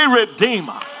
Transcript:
redeemer